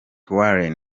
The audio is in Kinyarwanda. warren